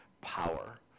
power